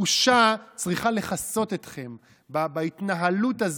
הבושה צריכה לכסות אתכם בהתנהלות הזו,